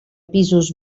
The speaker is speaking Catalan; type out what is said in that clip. pisos